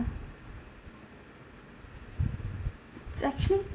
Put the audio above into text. it's actually